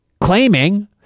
claiming